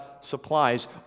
supplies